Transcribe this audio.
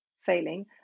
failing